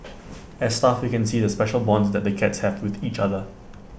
as staff we can see the special bonds that the cats have with each other